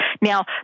Now